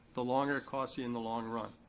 the longer it costs you in the long run.